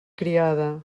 criada